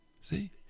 See